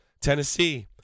Tennessee